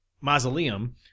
Mausoleum